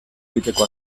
egiteko